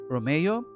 Romeo